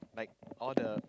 like all the